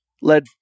led